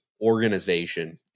organization